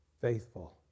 faithful